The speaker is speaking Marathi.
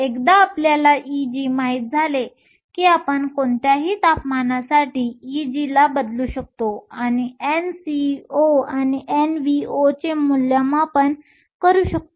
एकदा आपल्याला Eg माहित झाले की आपण कोणत्याही तापमानासाठी Eg ला बदलू शकतो आणि Nco आणि Nvo चे मूल्यमापन करू शकतो